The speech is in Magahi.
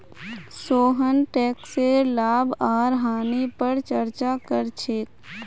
सोहन टैकसेर लाभ आर हानि पर चर्चा कर छेक